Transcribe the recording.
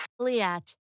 liat